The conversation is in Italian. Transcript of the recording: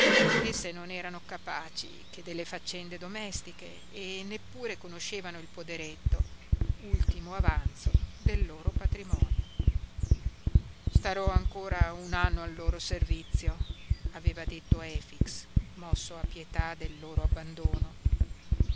sfuggivano esse non erano capaci che delle faccende domestiche e neppure conoscevano il poderetto ultimo avanzo del loro patrimonio starò ancora un anno al loro servizio aveva detto efix mosso a pietà del loro abbandono